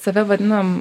save vadinam